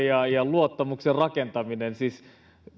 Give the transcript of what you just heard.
luottamuksen rakentamista